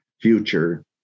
future